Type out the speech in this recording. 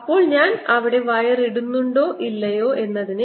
അപ്പോൾ ഞാൻ അവിടെ വയർ ഇടുന്നുണ്ടോ ഇല്ലയോ എന്നതിനെ